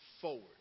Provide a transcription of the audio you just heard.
forward